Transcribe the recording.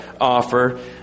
offer